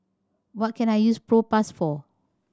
what can I use Propass for